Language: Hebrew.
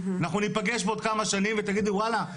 אנחנו ניפגש בעוד כמה שנים ותגידו וואלה,